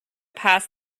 pass